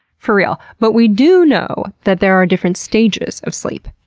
for real. but we do know that there are different stages of sleep.